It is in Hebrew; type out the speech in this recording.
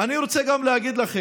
אני רוצה גם להגיד לכם